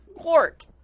Court